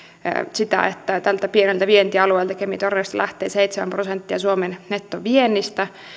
sitä että tältä pieneltä vientialueelta kemi torniosta lähtee seitsemän prosenttia suomen nettoviennistä